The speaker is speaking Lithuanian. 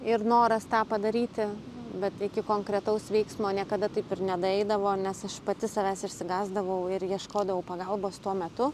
ir noras tą padaryti bet iki konkretaus veiksmo niekada taip ir nedaeidavo nes aš pati savęs išsigąsdavau ir ieškodavau pagalbos tuo metu